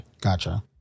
gotcha